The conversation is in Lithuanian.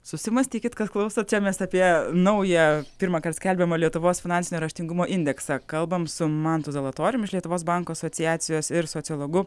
susimąstykit kas klauso čia mes apie naują pirmąkart skelbiamą lietuvos finansinio raštingumo indeksą kalbam su mantu zalatoriumi lietuvos bankų asociacijos ir sociologu